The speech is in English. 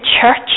church